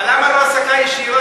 אבל למה לא העסקה ישירה?